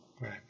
right